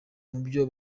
mubyo